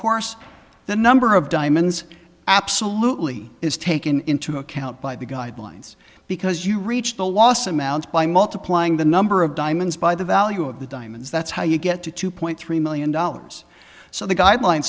course the number of diamonds absolutely is taken into account by the guidelines because you reach the loss amount by multiplying the number of diamonds by the value of the diamonds that's how you get to two point three million dollars so the guidelines